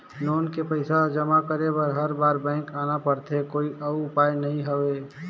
Loan के पईसा जमा करे बर हर बार बैंक आना पड़थे कोई अउ उपाय नइ हवय?